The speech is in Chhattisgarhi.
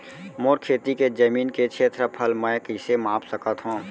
मोर खेती के जमीन के क्षेत्रफल मैं कइसे माप सकत हो?